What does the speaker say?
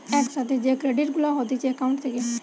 এক সাথে যে ক্রেডিট গুলা হতিছে একাউন্ট থেকে